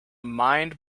mind